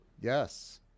Yes